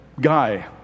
guy